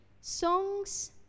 songs